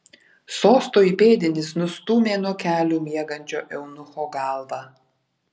sosto įpėdinis nustūmė nuo kelių miegančio eunucho galvą